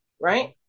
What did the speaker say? right